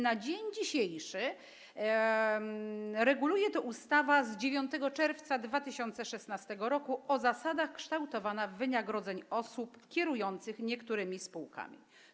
Na dzień dzisiejszy reguluje to ustawa z 9 czerwca 2016 r. o zasadach kształtowania wynagrodzeń osób kierujących niektórymi spółkami.